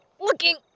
looking